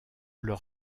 leur